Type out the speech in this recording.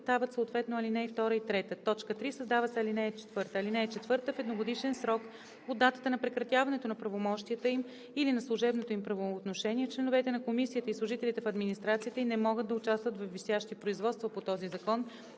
стават съответно ал. 2 и 3. 3. Създава се ал. 4: „(4) В едногодишен срок от датата на прекратяването на правомощията им или на служебното им правоотношение членовете на комисията и служителите в администрацията ѝ не могат да участват във висящи производства по този закон,